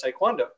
taekwondo